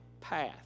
path